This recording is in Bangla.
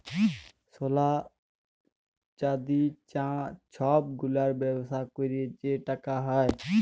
সলা, চাল্দি, চাঁ ছব গুলার ব্যবসা ক্যইরে যে টাকা হ্যয়